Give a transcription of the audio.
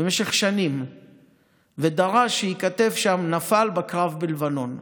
במשך שנים ודרש שייכתב שם "נפל בקרב בלבנון".